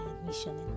admission